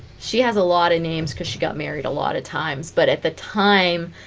she has a lot of names cuz she got married a lot of times but at the time